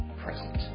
present